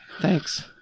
Thanks